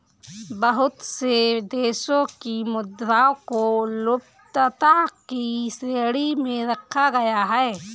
बहुत से देशों की मुद्राओं को लुप्तता की श्रेणी में रखा गया है